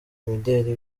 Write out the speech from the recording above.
imideli